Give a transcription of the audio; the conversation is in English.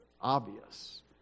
obvious